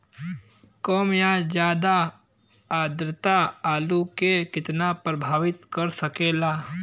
कम या ज्यादा आद्रता आलू के कितना प्रभावित कर सकेला?